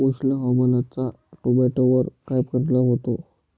उष्ण हवामानाचा टोमॅटोवर काय परिणाम होतो?